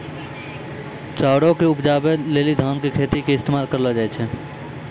चाउरो के उपजाबै लेली धान के खेतो के इस्तेमाल करलो जाय छै